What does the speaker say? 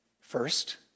First